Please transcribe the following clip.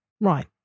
Right